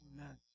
Amen